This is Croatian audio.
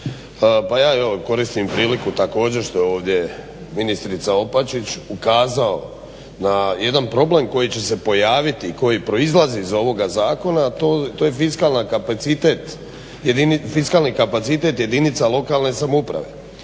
evo koristim priliku također što je ovdje ministrica Opačić ukazao na jedan problem koji će se pojaviti i koji proizlazi iz ovoga zakona, a to je fiskalni kapacitet jedinica lokalne samouprave.